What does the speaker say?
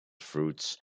fruits